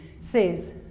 says